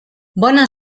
bona